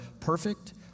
perfect